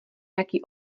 jaký